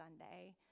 Sunday